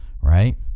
right